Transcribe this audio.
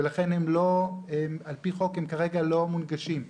ולכן הם על פי חוק כרגע לא מונגשים.